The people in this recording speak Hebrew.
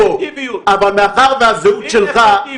המדיניות, אבל אין לנו עמדה בנושא.